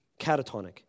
catatonic